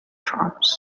farms